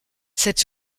cette